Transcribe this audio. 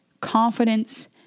confidence